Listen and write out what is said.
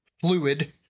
fluid